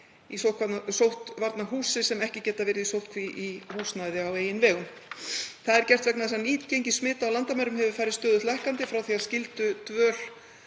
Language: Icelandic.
í sóttvarnahúsi sem ekki geta verið í sóttkví í húsnæði á eigin vegum. Það er gert vegna þess að nýgengi smita á landamærum hefur farið stöðugt lækkandi frá því að skyldudvöl